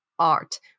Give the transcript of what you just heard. art